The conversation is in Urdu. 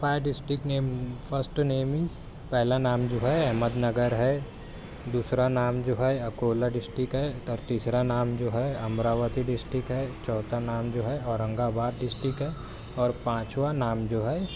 five district name first name is پہلا نام جو ہے احمد نگر ہے دوسرا نام جو ہے اکولہ ڈسٹک ہے اور تیسرا نام جو ہے امراوتی ڈسٹک ہے چوتھا نام جو ہے اورنگ آباد ڈسٹک ہے اور پانچواں نام جو ہے